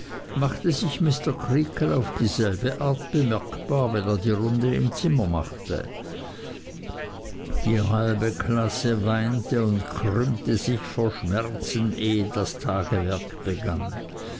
machte sich mr creakle auf dieselbe art bemerkbar wenn er die runde im zimmer machte die halbe klasse weinte und krümmte sich vor schmerzen ehe das tagewerk begann